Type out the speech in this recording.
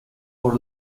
por